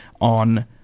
on